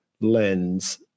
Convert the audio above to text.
lens